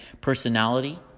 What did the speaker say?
personality